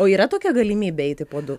o yra tokia galimybė eiti po du